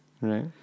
Right